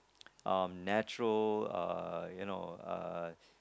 um natural uh you know uh